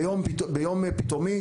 ביום פתאומי,